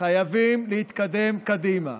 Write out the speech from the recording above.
חייבים להתקדם קדימה